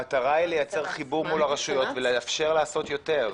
המטרה היא לייצר חיבור מול הרשויות ולאפשר לעשות יותר.